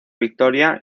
victoria